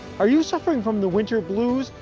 are you suffering from the winter blues?